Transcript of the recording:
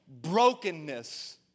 Brokenness